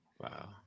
Wow